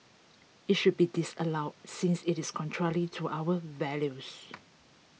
it should be disallowed since it is contrary to our values